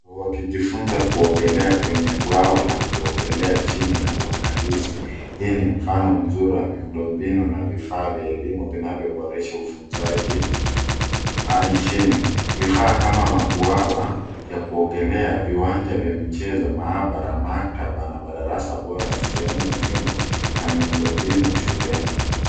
Wakijifunza kuongele kwenye mbwawa la kuongelea chini ya uangalizi .Hii ni mfano mzuri wa miundo mbinu na vifaa vya elimu ninvyo boresha ufunzanji nchini. Vufaa kama mabwawa ya kuongelea viwanja ya michezo maambara maaktaba na madarasa bora ni sehemu muhimu ya miundo mbinu shuleni,